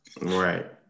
Right